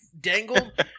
dangled